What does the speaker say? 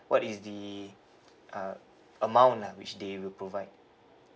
what is the uh amount lah which they will provide